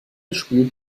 spielt